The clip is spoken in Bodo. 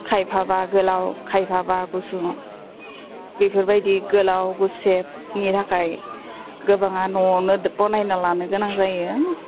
खायफाबा गोलाव खायफाबा गुसुं बेफोरबायदि गोलाव गुसेबनि थाखाय गोबाङा न'वावनो बनायना लानो गोनां जायो